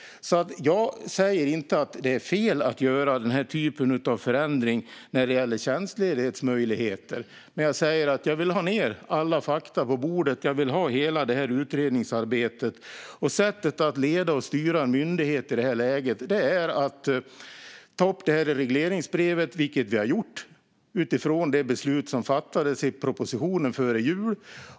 Jag säger inte att det är fel att göra denna typ av förändring när det gäller tjänstledighetsmöjligheter. Men jag säger att jag vill ha alla fakta på bordet och ha hela utredningsarbetet. Sättet att leda och styra en myndighet i detta läge är att ta upp detta i regleringsbrevet, vilket vi har gjort, utifrån det beslut som fattades i propositionen före jul.